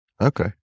Okay